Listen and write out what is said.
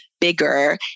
bigger